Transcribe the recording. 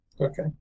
Okay